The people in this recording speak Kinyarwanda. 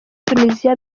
tunisia